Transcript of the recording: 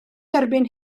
erbyn